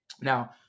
Now